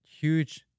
huge